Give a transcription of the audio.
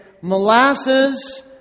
Molasses